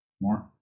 More